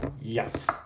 Yes